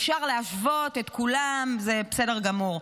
אפשר להשוות את כולם, זה בסדר גמור.